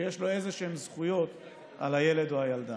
שיש לו איזשהן זכויות על הילד או הילדה.